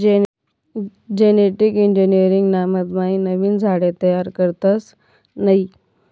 genetic engineering ना मधमाईन नवीन झाडे तयार करतस नयी